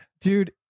dude